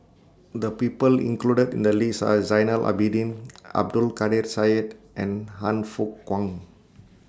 The People included in The list Are Zainal Abidin Abdul Kadir Syed and Han Fook Kwang